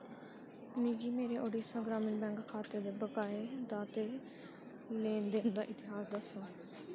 मिगी मेरे ओडिशा ग्राम्य बैंक खाते दे बकाए दा ते लैन देन दा इतिहास दस्सो